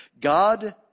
God